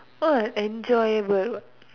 what enjoy where what